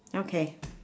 okay